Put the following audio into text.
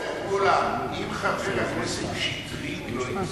חבר הכנסת מולה,